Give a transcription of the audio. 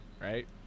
right